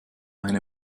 eine